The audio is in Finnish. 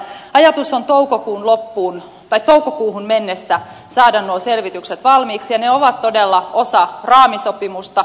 ajatus on toukokuuhun mennessä saada nuo selvitykset valmiiksi ja ne ovat todella osa raamisopimusta